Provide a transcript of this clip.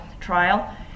trial